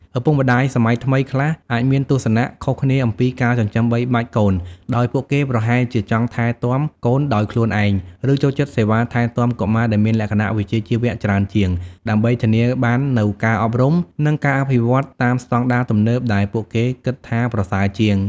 ឪពុកម្ដាយសម័យថ្មីខ្លះអាចមានទស្សនៈខុសគ្នាអំពីការចិញ្ចឹមបីបាច់កូន ដោយពួកគេប្រហែលជាចង់ថែទាំកូនដោយខ្លួនឯង ឬចូលចិត្តសេវាថែទាំកុមារដែលមានលក្ខណៈវិជ្ជាជីវៈច្រើនជាង ដើម្បីធានាបាននូវការអប់រំ និងការអភិវឌ្ឍន៍តាមស្តង់ដារទំនើបដែលពួកគេគិតថាប្រសើរជាង។